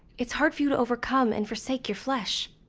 it's hard for you to overcome and forsake your flesh.